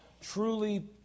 truly